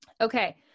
Okay